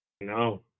No